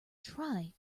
try